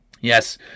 Yes